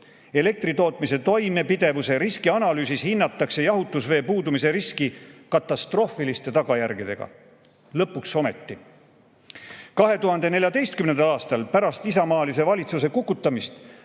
Elektritootmise toimepidevuse riskianalüüsis hinnatakse jahutusvee puudumise riski katastroofiliste tagajärgedega. Lõpuks ometi! 2014. aastal pärast isamaalise valitsuse kukutamist